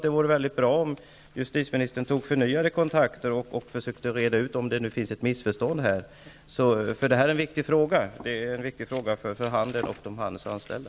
Det vore bra om justitieministern tog förnyade kontakter och försökte reda ut om det föreligger ett missförstånd här. Det här är en viktig fråga för handeln och de handelsanställda.